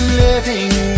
living